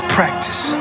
Practice